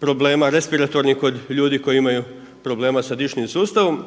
problema respiratornih kod ljudi koji imaju problema sa dišnim sustavom.